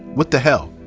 what the hell?